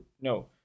no